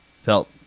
felt